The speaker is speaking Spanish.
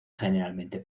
generalmente